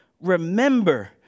remember